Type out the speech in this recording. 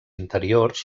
interiors